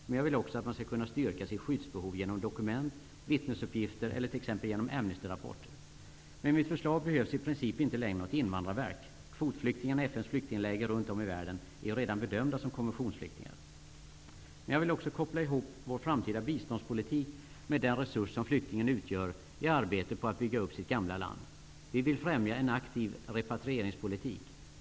Men jag vill också att man skall kunna styrka sitt skyddsbehov genom dokument, vittnesuppgifter eller t.ex. genom Med mitt förslag behövs i princip inte längre något Invandrarverk -- kvotflyktingarna i FN:s flyktingläger runtom i världen är redan bedömda som konventionsflyktingar. Men jag vill också koppla ihop vår framtida biståndspolitik med den resurs som flyktingen utgör i arbetet att bygga upp sitt gamla land. Vi vill främja en aktiv repatrieringspolitik.